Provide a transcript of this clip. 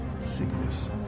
sickness